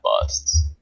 busts